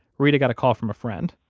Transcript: reta got a call from a friend.